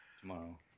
Tomorrow